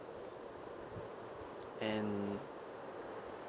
and